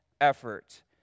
effort